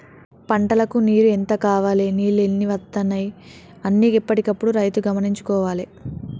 పంటలకు నీరు ఎంత కావాలె నీళ్లు ఎన్ని వత్తనాయి అన్ని ఎప్పటికప్పుడు రైతు గమనించుకోవాలె